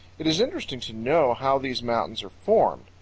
it is interesting to know how these mountains are formed.